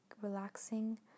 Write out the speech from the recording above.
relaxing